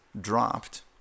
dropped